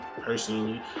personally